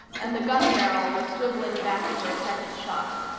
and the gun barrel was swiveling back for a second shot.